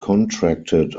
contracted